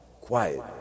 Quiet